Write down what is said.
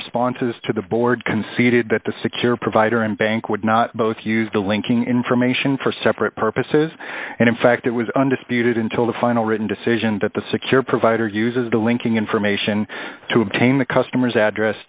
responses to the board conceded that the secure provider and bank would not both use the linking information for separate purposes and in fact it was undisputed until the final written decision that the secured provider uses the linking information to obtain the customer's address